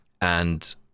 And-